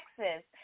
texas